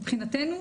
מבחינתנו,